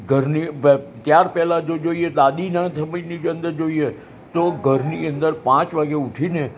ઘરની ત્યાર પહેલાં જો જોઈએ દાદીનાં સમયની અંદર જોઈએ તો ઘરની અંદર પાંચ વાગ્યે ઊઠી ને